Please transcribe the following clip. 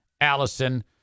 Allison